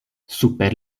super